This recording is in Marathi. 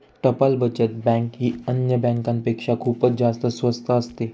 टपाल बचत बँक ही अन्य बँकांपेक्षा खूपच जास्त स्वस्त असते